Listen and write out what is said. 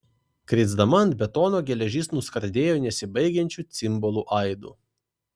krisdama ant betono geležis nuskardėjo nesibaigiančiu cimbolų aidu